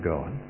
God